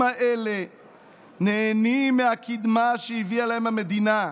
האלה נהנים מהקדמה שהביאה להם המדינה: